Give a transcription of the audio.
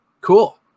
Cool